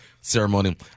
ceremony